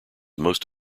most